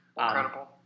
Incredible